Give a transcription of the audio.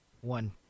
One